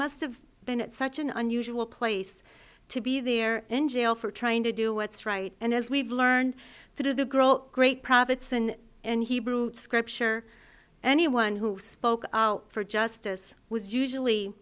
must have been at such an unusual place to be there in jail for trying to do what's right and as we've learned through the girl great profits and and hebrew scripture anyone who spoke for justice was usually